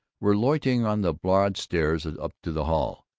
were loitering on the broad stairs up to the hall.